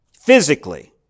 physically